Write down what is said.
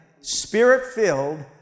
spirit-filled